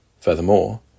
Furthermore